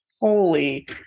holy